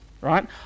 right